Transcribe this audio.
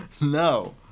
No